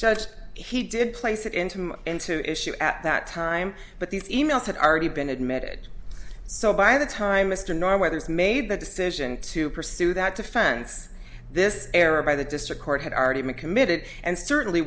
judge he did place it into him and to issue at that time but these e mails that are already been admitted so by the time mr nor whether it's made the decision to pursue that offense this error by the district court had already been committed and certainly